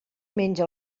menja